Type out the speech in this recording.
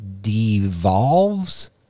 devolves